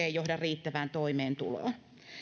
ei johda riittävään toimeentuloon